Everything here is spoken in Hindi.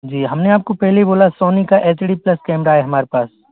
जी हम ने आपको पहले बोला सोनी का एच डी प्लस कैमरा है हमारे पास